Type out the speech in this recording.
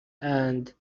and